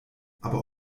aber